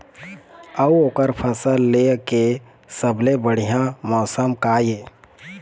अऊ ओकर फसल लेय के सबसे बढ़िया मौसम का ये?